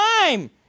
time